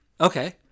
Okay